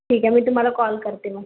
ठीक आहे मी तुम्हाला कॉल करते मग